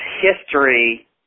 history